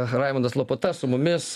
raimundas lopata su mumis